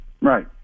Right